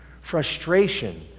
Frustration